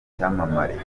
icyamamare